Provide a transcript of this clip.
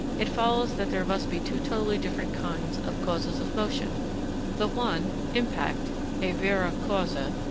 it follows that there must be two totally different kinds of causes of motion the one impact a vera causa,